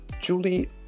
Julie